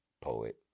poet